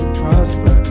prosper